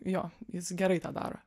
jo jis gerai tą daro